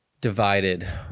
divided